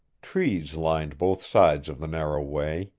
trees lined both sides of the narrow way.